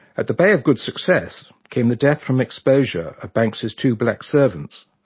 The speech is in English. at the bay of good success came the death from exposure of banks's two black servants,